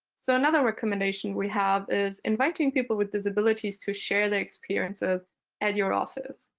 so another recommendation we have is inviting people with disabilities to share their experiences at your office.